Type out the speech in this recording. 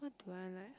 what do I like ah